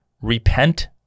repent